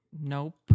Nope